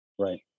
Right